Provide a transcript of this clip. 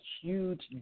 huge